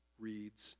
reads